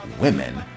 women